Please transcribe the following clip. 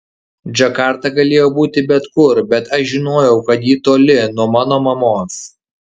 džakarta galėjo būti bet kur bet aš žinojau kad ji toli nuo mano mamos